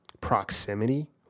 proximity